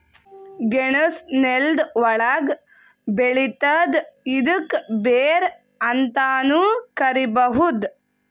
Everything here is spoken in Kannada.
ಗೆಣಸ್ ನೆಲ್ದ ಒಳ್ಗ್ ಬೆಳಿತದ್ ಇದ್ಕ ಬೇರ್ ಅಂತಾನೂ ಕರಿಬಹುದ್